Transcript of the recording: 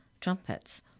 trumpets